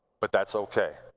but that's okay.